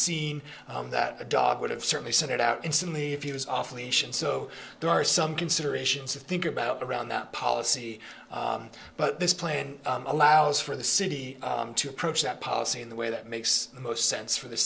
seen that a dog would have certainly sent it out instantly if he was off leash and so there are some considerations to think about around that policy but this plane allows for the city to approach that policy in the way that makes the most sense for the